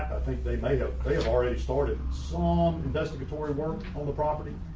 think they made up they have already started some investigatory work on the property.